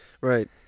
Right